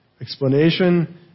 explanation